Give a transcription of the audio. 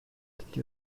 dydy